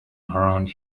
around